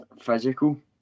physical